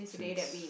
since